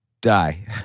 die